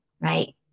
right